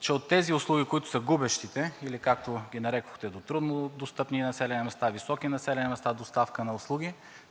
че от тези услуги, които са губещите, както ги нарекохте – до труднодостъпни населени места, високи населени места, доставката на услуги